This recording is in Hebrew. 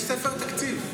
יש ספר תקציב.